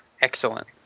Excellent